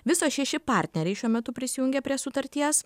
viso šeši partneriai šiuo metu prisijungė prie sutarties